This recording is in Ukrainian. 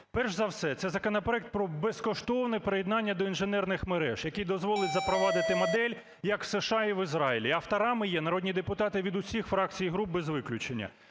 Перш за все, це законопроект про безкоштовне приєднання до інженерних мереж, який дозволить запровадити модель, як у США і Ізраїлі. Авторами є народні депутати від усіх фракцій і груп без виключення.